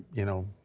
you know